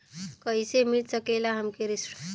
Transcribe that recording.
कइसे मिल सकेला हमके ऋण?